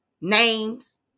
names